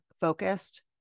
focused